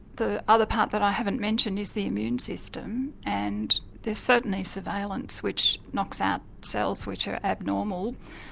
the other part that i haven't mentioned is the immune system, and there's certainly surveillance which knocks out cells which are abnormal.